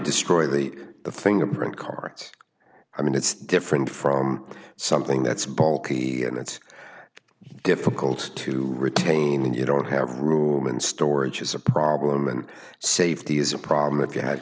destroy the the fingerprint carts i mean it's different from something that's bulky and it's difficult to retain and you don't have room and storage is a problem and safety is a problem if you ha